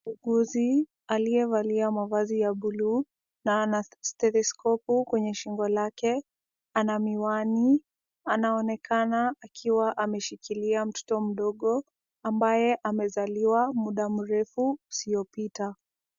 Muuguzi aliyevalia mavazi ya buluu na ana stethoskopu kwenye shingo lake, ana miwani, anaonekana akiwa ameshikilia mtoto mdogo, ambaye amezaliwa muda mrefu usiopita.